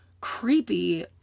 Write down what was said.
creepy